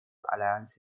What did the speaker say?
alliance